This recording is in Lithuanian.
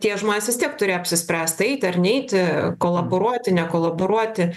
tie žmonės vis tiek turi apsispręst eiti ar neiti kolaboruoti nekolaboruoti